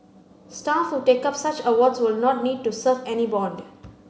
staff who take up such awards will not need to serve any bond